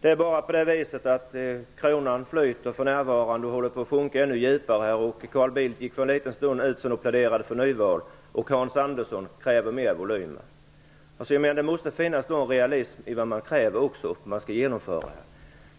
Det är bara på det viset att kronan för närvarande flyter och håller på att sjunka ännu djupare, och Carl Bildt gick för en liten stund sedan ut och pläderade för nyval. Hans Andersson kräver större volymer. Det måste finnas någon realism i det man kräver om man skall genomföra det.